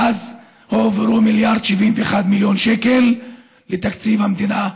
ואז הועברו מיליארד ו-71 מיליון שקל לתקציב המדינה,